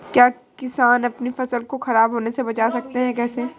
क्या किसान अपनी फसल को खराब होने बचा सकते हैं कैसे?